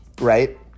right